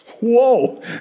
whoa